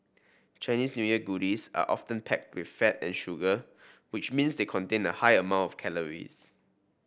Chinese New Year goodies are often packed with fat and sugar which means they contain a high amount of calories